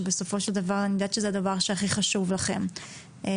שבסופו של דבר אני יודעת שזה הדבר הכי חשוב לכם ולוודא